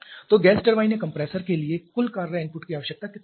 तो gas turbine या compressor के लिए कुल कार्य इनपुट की आवश्यकता कितनी होगी